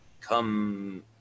come